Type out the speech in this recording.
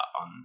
on